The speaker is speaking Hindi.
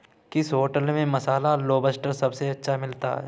किस होटल में मसाला लोबस्टर सबसे अच्छा मिलता है?